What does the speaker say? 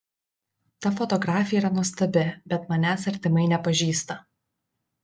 ta fotografė yra nuostabi bet manęs artimai nepažįsta